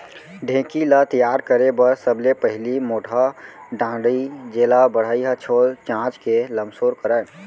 ढेंकी ल तियार करे बर सबले पहिली मोटहा डांड़ी जेला बढ़ई ह छोल चांच के लमसोर करय